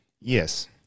Yes